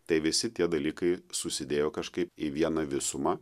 tai visi tie dalykai susidėjo kažkaip į vieną visumą